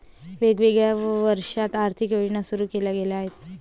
वेगवेगळ्या वर्षांत आर्थिक योजना सुरू केल्या गेल्या आहेत